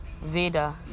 Veda